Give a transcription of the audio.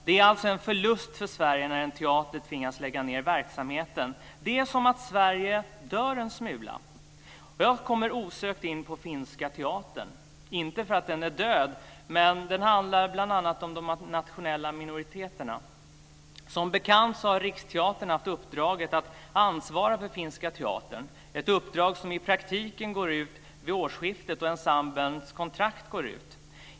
Det är en förlust för Sverige när en teater tvingas lägga ned verksamheten. Det är som att Sverige dör en smula. Jag kommer osökt in på Finska teatern. Det gör jag inte för att den är död, utan för att det bl.a. handlar om de nationella minoriteterna. Som bekant har Riksteatern haft uppdraget att ansvara för Finska teatern. Det är ett uppdrag som i praktiken går ut vid årsskiftet då ensembelns kontrakt går ut.